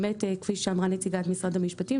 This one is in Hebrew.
כפי שאמרה נציגת משרד המשפטים,